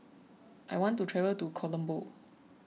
I want to travel to Colombo